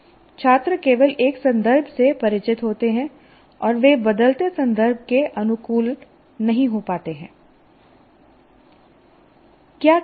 छात्र केवल एक संदर्भ से परिचित होते हैं और वे बदलते संदर्भ के अनुकूल नहीं हो पाते हैं